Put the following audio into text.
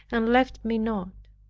and left me not.